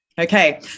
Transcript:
Okay